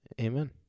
Amen